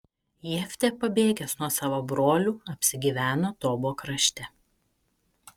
jeftė pabėgęs nuo savo brolių apsigyveno tobo krašte